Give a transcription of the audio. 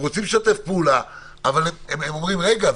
הם רוצים לשתף פעולה אבל הם אומרים: רגע,